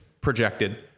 projected